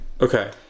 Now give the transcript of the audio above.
Okay